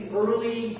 early